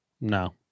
No